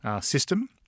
system